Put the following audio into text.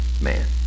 man